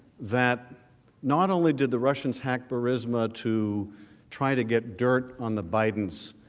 that not only do the russians had charisma to try to get dirt on the biden's,